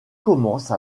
commence